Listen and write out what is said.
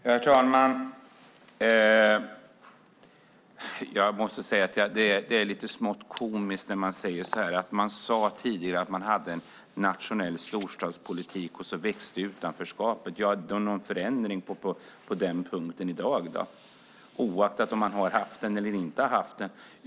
Herr talman! Jag måste säga att det är lite smått komiskt när man säger att man tidigare hade en nationell storstadspolitik, och så växte utanförskapet. Är det någon förändring på den punkten i dag, då, oaktat om man har haft en storstadspolitik eller inte?